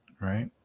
right